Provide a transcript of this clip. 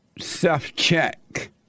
self-check